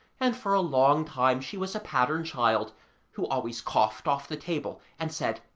and for a long time she was a pattern-child who always coughed off the table and said,